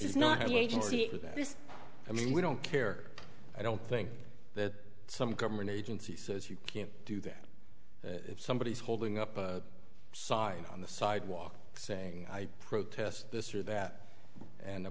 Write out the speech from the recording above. this i mean we don't care i don't think that some government agency says you can't do that if somebody is holding up a sign on the sidewalk saying i protest this or that and the